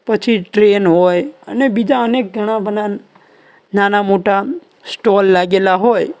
પછી ટ્રેન હોય અને બીજા અનેક ઘણા બધા નાના મોટા સ્ટૉલ લાગેલા હોય